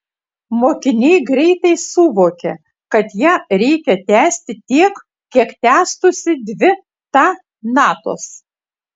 mokiniai greitai suvokia kad ją reikia tęsti tiek kiek tęstųsi dvi ta natos